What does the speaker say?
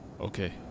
Okay